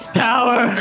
power